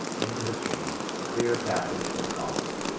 into the stream, to clear a passage for the columns.